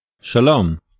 Shalom